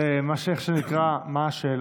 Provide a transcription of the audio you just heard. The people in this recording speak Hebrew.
אז מה שנקרא: מה השאלה?